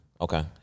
Okay